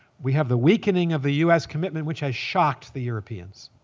we have the weakening of the us commitment, which has shocked the europeans.